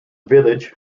village